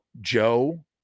Joe